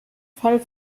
fall